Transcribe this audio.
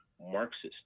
Marxist